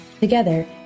Together